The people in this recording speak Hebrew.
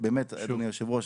אדוני היושב-ראש,